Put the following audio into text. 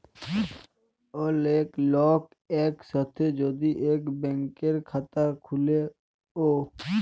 ওলেক লক এক সাথে যদি ইক ব্যাংকের খাতা খুলে ও